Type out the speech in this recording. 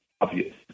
obvious